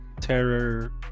Terror